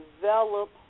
develop